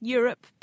Europe